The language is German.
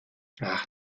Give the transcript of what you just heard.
ach